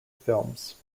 films